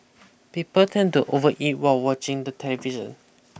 people tend to overeat while watching the television